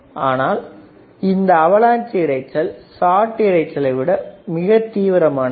ஆனால் இந்த அவலாஞ்சி இரைச்சல் ஷாட் இரைச்சலை விட தீவிரமானது